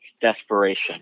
desperation